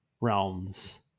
realms